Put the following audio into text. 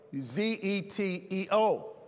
z-e-t-e-o